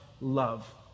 love